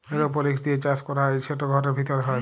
এরওপলিক্স দিঁয়ে চাষ ক্যরা হ্যয় সেট ঘরের ভিতরে হ্যয়